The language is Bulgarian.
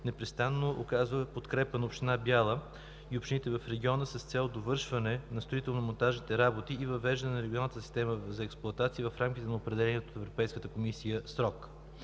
непрестанно оказва подкрепа на община Бяла и общините в региона с цел довършване на строително-монтажните работи и въвеждане на регионалната система за експлоатация в рамките на определения от Европейската комисия срок.